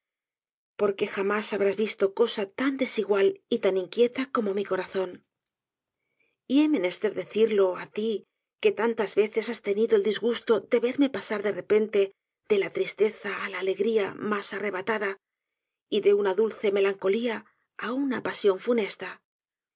porque jamás habrás visto cosa tan desigual y tan inquieta como mi corazón y he menester decirlo á ti que tantas veces has tenido el disgusto de verme pasar de repente de la tristeza á la alegría mas arrebatada y de una dulce melancolía á una pasión funesta